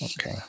Okay